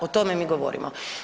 O tome mi govorimo.